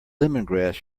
lemongrass